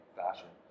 fashion